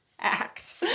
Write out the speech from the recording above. act